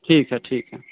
ठीक है ठीक है